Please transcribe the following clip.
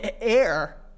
Air